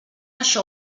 això